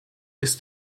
ist